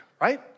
right